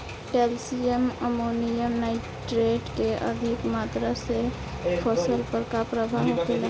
Calcium ammonium nitrate के अधिक मात्रा से फसल पर का प्रभाव होखेला?